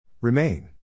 Remain